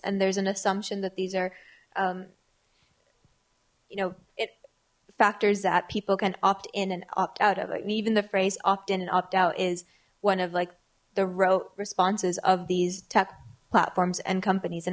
and there's an assumption that these are you know it factors that people can opt in and opt out of it and even the phrase often an opt out is one of like the rote responses of these tech platforms and companies